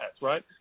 right